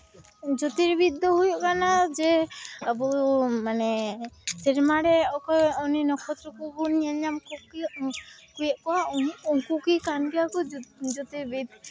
ᱡᱳᱛᱤᱨᱵᱤᱫ ᱫᱚ ᱦᱩᱭᱩᱜ ᱠᱟᱱᱟ ᱡᱮ ᱟᱵᱚ ᱢᱟᱱᱮ ᱥᱮᱨᱢᱟ ᱨᱮ ᱚᱠᱚᱭ ᱩᱱᱤ ᱱᱚᱠᱷᱚᱛᱨᱚ ᱠᱚᱵᱚᱱ ᱧᱮᱞᱧᱟᱢ ᱠᱚ ᱠᱮᱭᱟ ᱩᱱᱠᱩ ᱠᱤ ᱠᱟᱱ ᱜᱮᱭᱟ ᱠᱚ ᱡᱳᱛᱤᱨᱵᱤᱫ